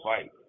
fight